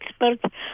experts